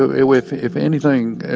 ah with if anything,